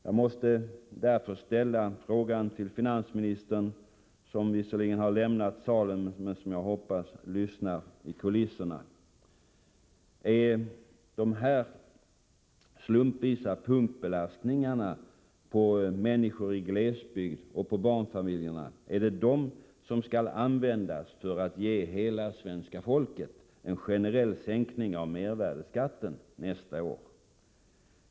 Jag måste därför ställa följande fråga till finansministern, som visserligen har lämnat salen men som jag hoppas lyssnar i kulisserna: Är det de av mig redovisade slumpvisa punktbelastningarna på barnfamiljer och på människor i glesbygd som skall användas för att ge hela svenska folket en generell sänkning av mervärdeskatten nästa år?